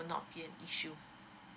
will not be an issue